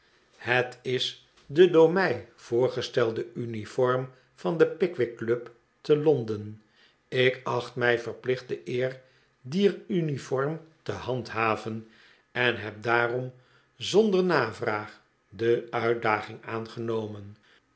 het is de door mij voorgestelde uniform van de pidcwick club te londen ik acht mij verplicht de eer dier uniform te handhaven en heb daarom zonder navraag de uitdaging aangenomen